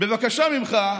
בבקשה ממך,